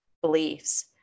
beliefs